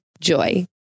Joy